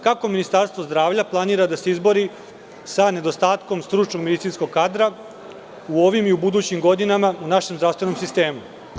Kako Ministarstvo zdravlja planira da se izbori sa nedostatkom stručnog medicinskog kadra u ovim i u budućim godinama u našem zdravstvenom sistemu?